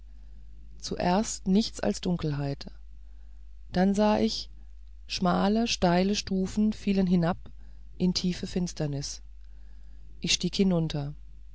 zuerst nichts als dunkelheit dann sah ich schmale steile stufen liefen hinab in tiefste finsternis ich stieg hinunter